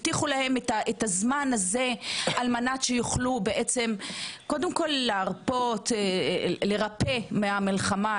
הבטיחו להם את הזמן הזה על מנת שיוכלו להרפות ולהירפא מהמלחמה,